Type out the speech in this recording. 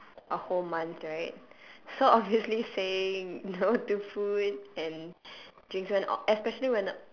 a whole month right so obviously saying no to food and drinks when a~ especially when